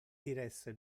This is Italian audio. diresse